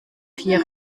vier